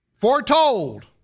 Foretold